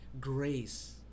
Grace